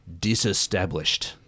disestablished